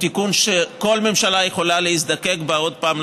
הוא תיקון שכל ממשלה יכולה להזדקק לו עוד פעם,